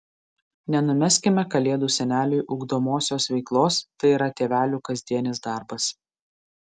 nenumeskime kalėdų seneliui ugdomosios veiklos tai yra tėvelių kasdienis darbas